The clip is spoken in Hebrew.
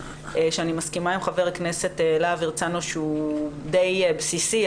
שאני מסכימה עם חבר הכנסת להב הרצנו שהוא די בסיסי,